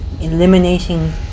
eliminating